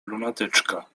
lunatyczka